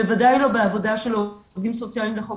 בוודאי לא בעבודה של העובדים הסוציאליים לחוק